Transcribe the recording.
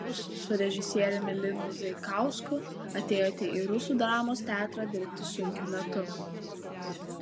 jūs su režisieriumi linu zaikausku atėjote į rusų dramos teatrą dirbti sunkiu metu